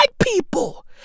people